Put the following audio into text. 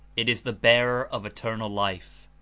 it is the bearer of eternal life.